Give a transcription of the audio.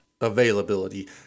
availability